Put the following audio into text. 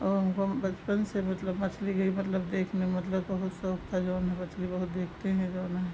और हमको बचपन से मतलब मछली गई मतलब देखने में मतलब बहुत शौक था जो है मछली बहुत देखते हैं जो है